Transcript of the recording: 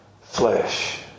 flesh